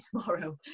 tomorrow